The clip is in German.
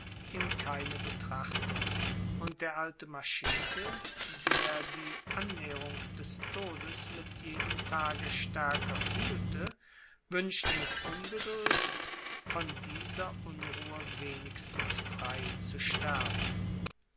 in keine betrachtung und der alte marchese der die annäherung des todes mit jedem tage stärker fühlte wünschte mit ungeduld von dieser unruhe wenigstens frei zu sterben